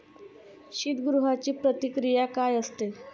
शीतगृहाची प्रक्रिया काय असते?